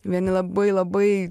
vieni labai labai